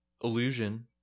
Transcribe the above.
illusion